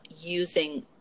using